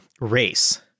race